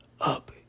up